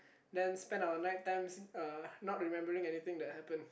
then spend our night times uh not remembering anything that happened